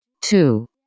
two